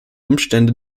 umstände